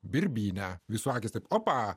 birbynę visų akys taip opa